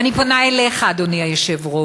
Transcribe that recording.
ואני פונה אליך, אדוני היושב-ראש,